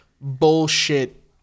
bullshit